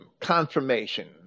confirmation